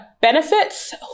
benefits